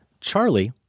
charlie